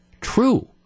true